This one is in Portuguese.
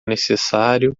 necessário